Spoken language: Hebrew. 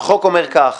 החוק אומר כך,